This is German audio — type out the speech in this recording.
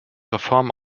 reform